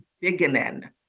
beginning